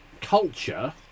Culture